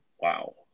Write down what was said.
wow